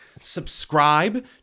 subscribe